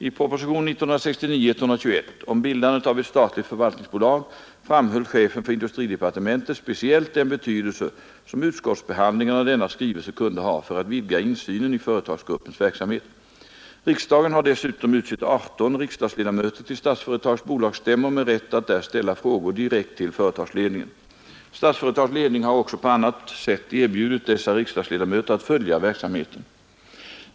I propositionen 1969:121 om bildandet av ett statligt förvaltningsbolag framhöll chefen för industridepartementet speciellt den betydelse som utskottsbehandlingen av denna skrivelse kunde ha för att vidga insynen i företagsgruppens verksamhet. Riksdagen har dessutom utsett 18 riksdagsledamöter till Statsföretags bolagsstämmor med rätt att där ställa frågor direkt till företagsledningen. Statsföretags ledning har också på annat sätt erbjudit dessa riksdagsledamöter att följa verksamheten.